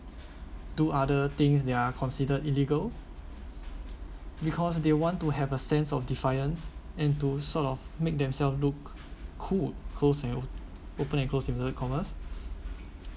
do other things that are considered illegal because they want to have a sense of defiance and to sort of make themselves look cool wholesale open and close really commerce